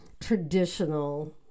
traditional